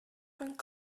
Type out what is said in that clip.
rhwng